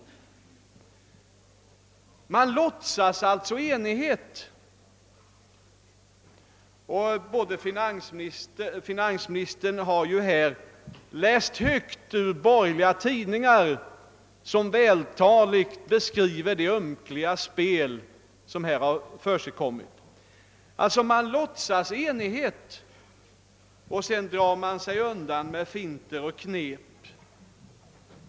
Man låtsas alltså enighet — finansministern har här läst högt ur borgerliga tidningar, som vältaligt beskriver det ömkliga spel som förekommit — och drar sig sedan undan med finter och knep.